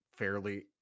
Fairly